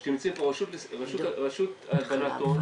של הרשות להלבנת הון,